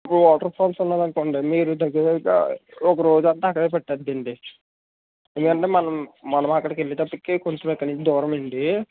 waterfalls ఉంది అనుకోండి మీరు దగ్గర దగ్గర ఒక రోజంతా అక్కడే పట్టేస్తుందండి ఎందుకంటే మనం మనము అక్కడికెళ్ళేటప్పటికే కొంచెం ఇక్కడ నుంచి దూరం అండీ